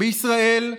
בישראל,